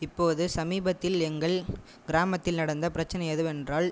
இப்போது சமீபத்தில் எங்கள் கிராமத்தில் நடந்த பிரச்சனை எதுவென்றால்